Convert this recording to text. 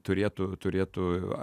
turėtų turėtų